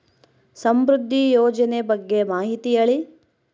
ಸಮೃದ್ಧಿ ಯೋಜನೆ ಬಗ್ಗೆ ಮಾಹಿತಿ ಹೇಳಿ?